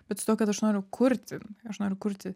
bet su tuo kad aš noriu kurti aš noriu kurti